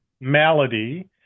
malady